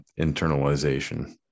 internalization